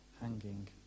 hanging